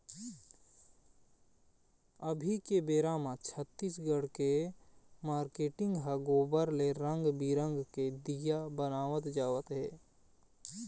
अभी के बेरा म छत्तीसगढ़ के मारकेटिंग ह गोबर ले रंग बिंरग के दीया बनवात जावत हे